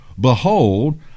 behold